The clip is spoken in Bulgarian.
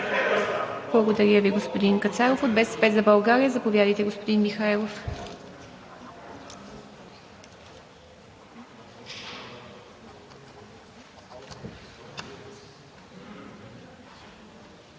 Благодаря Ви, господин Кацаров. От „БСП за България“? Заповядайте, господин Михайлов.